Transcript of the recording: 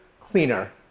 cleaner